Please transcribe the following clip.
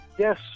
Yes